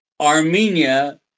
Armenia